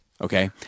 Okay